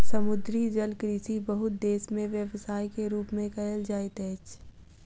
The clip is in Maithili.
समुद्री जलकृषि बहुत देस में व्यवसाय के रूप में कयल जाइत अछि